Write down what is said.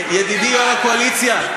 ידידי יו"ר הקואליציה,